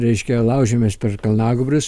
reiškia laužėmės per kalnagūbrius